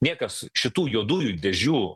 niekas šitų juodųjų dėžių